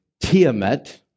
Tiamat